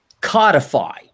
codify